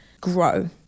grow